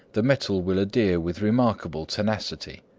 the metal will adhere with remarkable tenacity.